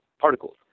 particles